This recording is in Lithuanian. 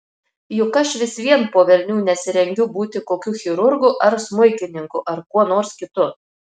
juk aš vis vien po velnių nesirengiu būti kokiu chirurgu ar smuikininku ar kuo nors kitu